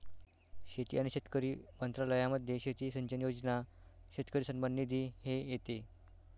शेती आणि शेतकरी मंत्रालयामध्ये शेती सिंचन योजना, शेतकरी सन्मान निधी हे येते